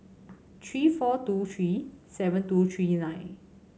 three four two three seven two three nine